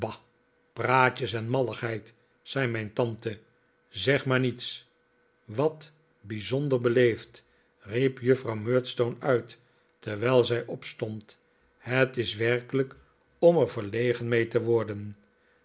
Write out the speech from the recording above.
praatjes en malligheid zei mijn tante zeg maar niets wat bijzonder beleefd riep juffrouw murdstone uit terwijl zij opstond w het is werkelijk om er verlegen mee te worden